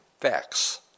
facts